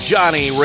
Johnny